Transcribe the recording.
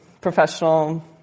professional